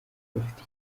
bafite